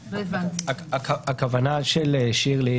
הכוונה של שירלי,